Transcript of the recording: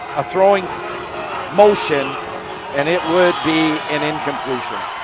a throwing motion and it would be an incompletion.